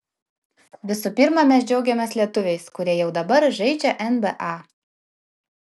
visų pirma mes džiaugiamės lietuviais kurie jau dabar žaidžia nba